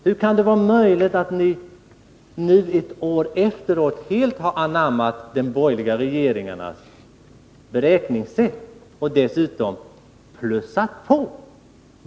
Hur kan det vara möjligt att ni nu ett år efteråt helt har anammat de borgerliga regeringarnas beräkningssätt och dessutom plussat på?